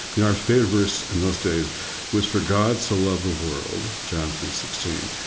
you know our favorite verse in those days was, for god so loved the world, john three sixteen,